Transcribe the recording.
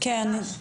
ממש,